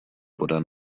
voda